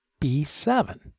B7